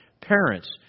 parents